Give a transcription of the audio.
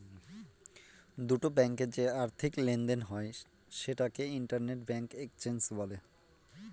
দুটো ব্যাঙ্কে যে আর্থিক লেনদেন হয় সেটাকে ইন্টার ব্যাঙ্ক এক্সচেঞ্জ বলে